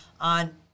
on